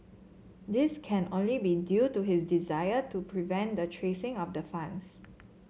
this can only be due to his desire to prevent the tracing of the funds